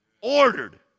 ordered